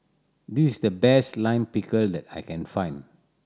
this is the best Lime Pickle that I can find